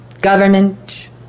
government